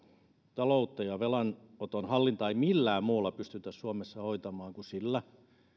taloutta ja velanoton hallintaa ei millään muulla pystytä suomessa hoitamaan kuin sillä